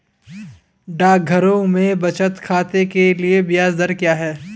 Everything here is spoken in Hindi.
डाकघरों में बचत खाते के लिए ब्याज दर क्या है?